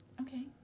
Okay